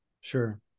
sure